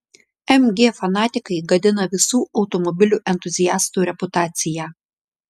mg fanatikai gadina visų automobilių entuziastų reputaciją